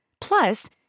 Plus